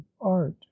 art